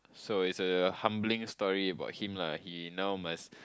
so is a humbling story about him lah he now must